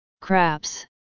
Craps